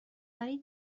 برای